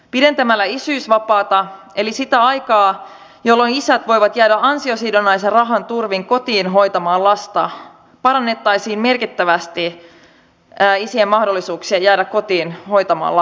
pidentämällä isyysvapaata eli sitä aikaa jolloin isät voivat jäädä ansiosidonnaisen rahan turvin kotiin hoitamaan lasta parannettaisiin merkittävästi isien mahdollisuuksia jäädä kotiin hoitamaan lapsiaan